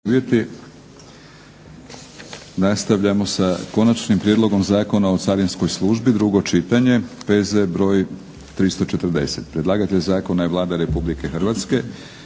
(HNS)** Nastavljamo sa - Konačni prijedlog Zakona o carinskoj službi, drugo čitanje, P.Z. br. 340 Predlagatelj zakona je Vlada RH. Prijedlog akta